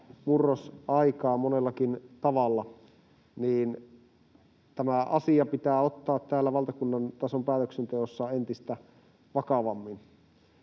mur-rosaikaa monellakin tavalla, niin tämä asia pitää ottaa täällä valtakunnan tason päätöksenteossa entistä vakavammin.